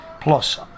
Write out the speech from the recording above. plus